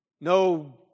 No